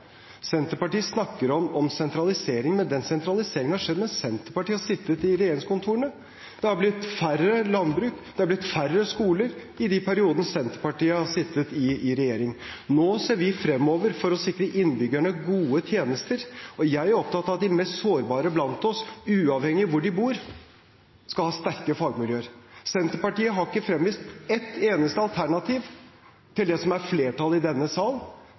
Senterpartiet snakker om sentralisering, men den sentraliseringen har skjedd mens Senterpartiet har sittet i regjeringskontorene. Det har blitt færre gårdsbruk og færre skoler i de periodene Senterpartiet har sittet i regjering. Nå ser vi fremover for å sikre innbyggerne gode tjenester. Jeg er opptatt av at de mest sårbare blant oss, uavhengig av hvor de bor, skal ha sterke fagmiljøer. Senterpartiet har ikke fremvist ett eneste alternativ til det som har flertall i denne sal.